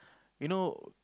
you know